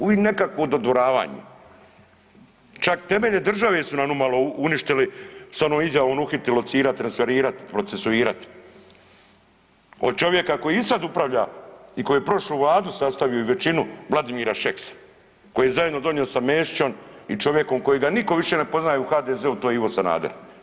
Uvik nekakvo dodvoravanje, čak temelje države su nam umalo uništili sa onom izjavom uhititi, locirat, transferirat, procesuirat od čovjeka koji i sad upravlja i koji je prošlu vladu sastavio i većinu, Vladimira Šeksa koji je zajedno donio sa Mesićom i čovjekom kojeg niko više ne poznaje u HDZ-u to je Ivo Sanader.